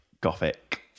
gothic